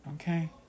okay